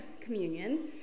communion